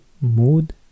Mood